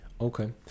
Okay